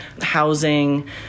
housing